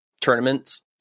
tournaments